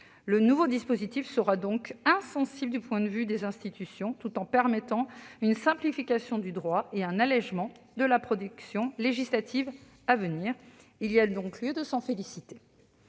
Le nouveau dispositif sera donc insensible du point de vue des institutions, tout en permettant une simplification du droit et un allégement de la production législative à venir. Il y a donc lieu de s'en féliciter.